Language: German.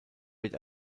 wird